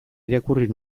irakurri